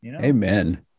Amen